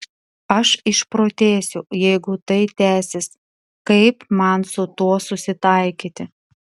aš išprotėsiu jeigu tai tęsis kaip man su tuo susitaikyti